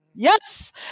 Yes